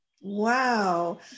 Wow